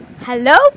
Hello